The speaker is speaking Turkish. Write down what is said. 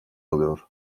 alıyor